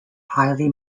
highly